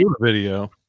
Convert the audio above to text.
video